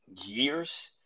years